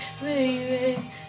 baby